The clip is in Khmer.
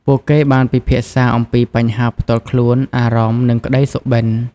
ពួកគេបានពិភាក្សាអំពីបញ្ហាផ្ទាល់ខ្លួន អារម្មណ៍ និងក្តីសុបិន្ត។